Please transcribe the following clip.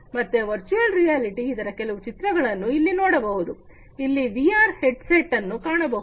ಮತ್ತೆ virtual reality ಇದರ ಕೆಲವು ಚಿತ್ರಗಳನ್ನು ಇಲ್ಲಿ ನೋಡಬಹುದು ಇಲ್ಲಿ ವಿಆರ್ ಹೆಡ್ ಸೆಟ್ ಅನ್ನು ಕಾಣಬಹುದು